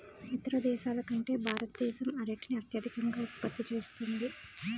ఇతర దేశాల కంటే భారతదేశం అరటిని అత్యధికంగా ఉత్పత్తి చేస్తుంది